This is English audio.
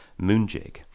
Moonjig